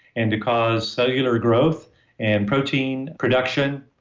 and to cause cellular growth and protein production,